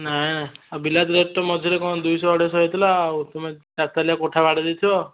ନାହିଁ ନାହିଁ ଆଉ ବିଲାତି ରେଟ୍ ତ ମଝିରେ କ'ଣ ଦୁଇଶହ ଅଢ଼େଇଶହ ହେଇଥିଲା ଆଉ ତୁମେ ଚାର ତାଲିଆ କୋଠା ବାଡ଼େଇ ଦେଇଥିବ